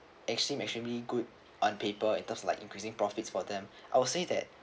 extreme extremely good on paper in terms like increasing profits for them I will say that